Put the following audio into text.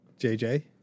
JJ